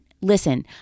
listen